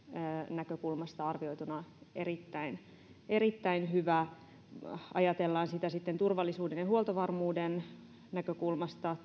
näkökulmasta arvioituna erittäin erittäin hyvä ajatellaan sitä sitten turvallisuuden ja huoltovarmuuden näkökulmasta